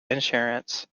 insurance